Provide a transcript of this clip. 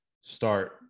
start